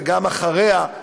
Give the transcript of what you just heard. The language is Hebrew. ואחריה,